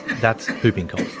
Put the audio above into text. that's whooping cough.